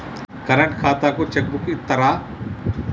Current ఖాతాకు check book ఇత్తరా?